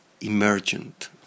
emergent